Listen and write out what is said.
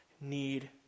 need